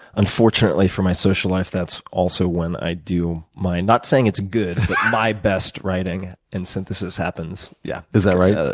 unfortunately for my social life, that's also when i do my i'm not saying it's good, but my best writing and synthesis happens, yeah. is that right? ah